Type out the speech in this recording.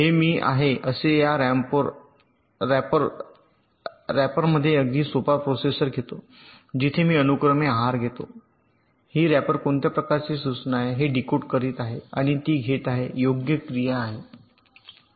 हे मी आहे असे आहे या रॅपरमध्ये मी अगदी सोपा प्रोसेसर घेतो जिथे मी अनुक्रमे आहार घेतो सूचना ही रॅपर कोणत्या प्रकारची सूचना आहे हे डीकोड करीत आहे आणि ती घेत योग्य क्रिया आहे